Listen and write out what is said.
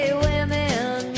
women